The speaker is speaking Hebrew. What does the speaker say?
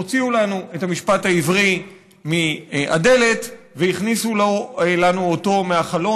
הוציאו לנו את המשפט העברי מהדלת והכניסו לנו אותו מהחלון.